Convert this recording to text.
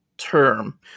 term